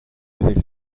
evel